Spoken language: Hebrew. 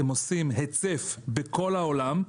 הם עושים היצף בכל העולם,